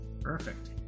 Perfect